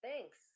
Thanks